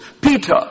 Peter